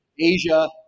Asia